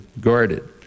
guarded